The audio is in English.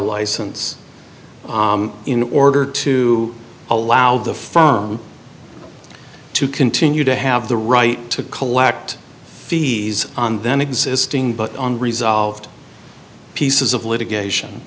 license in order to allow the firm to continue to have the right to collect fees on them existing but on resolved pieces of litigation